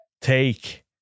take